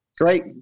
Great